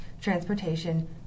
transportation